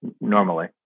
normally